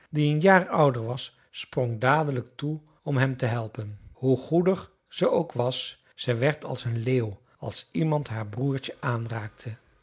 die een jaar ouder was sprong dadelijk toe om hem te helpen hoe goedig ze ook was ze werd als een leeuw als iemand haar broertje aanraakte